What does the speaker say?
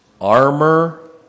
armor